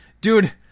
Dude